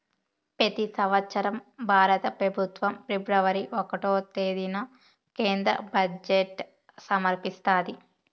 పెతి సంవత్సరం భారత పెబుత్వం ఫిబ్రవరి ఒకటో తేదీన కేంద్ర బడ్జెట్ సమర్పిస్తాది